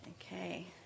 Okay